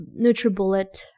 Nutribullet